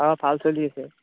অঁ ভাল চলি আছে